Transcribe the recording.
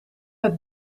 het